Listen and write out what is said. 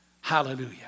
Hallelujah